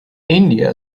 india